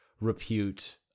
repute